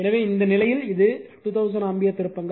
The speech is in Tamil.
எனவே இந்த நிலையில் இது 2000 ஆம்பியர் திருப்பங்கள்